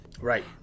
Right